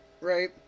Right